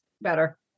better